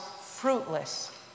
fruitless